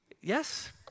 Yes